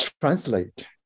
translate